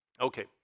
okay